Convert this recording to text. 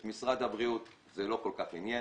את משרד הבריאות זה לא כל כך עניין,